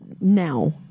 now